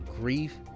grief